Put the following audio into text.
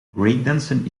breakdancen